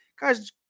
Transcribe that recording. Guys